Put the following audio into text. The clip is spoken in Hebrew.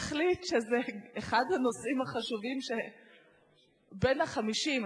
תחליט שזה אחד הנושאים החשובים בין ה-50,